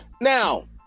Now